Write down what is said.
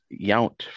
Yount